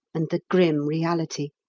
and the grim reality,